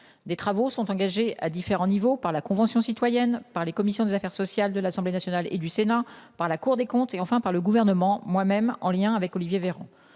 Des travaux sont engagés à différents niveaux par la Convention citoyenne par les commissions des affaires sociales de l'Assemblée nationale et du Sénat par la Cour des comptes et enfin par le gouvernement, moi-même en lien avec Olivier Véran.